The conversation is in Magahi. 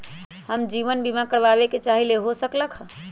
हम जीवन बीमा कारवाबे के चाहईले, हो सकलक ह?